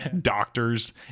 doctors